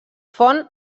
font